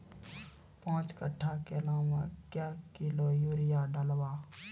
पाँच कट्ठा केला मे क्या किलोग्राम यूरिया डलवा?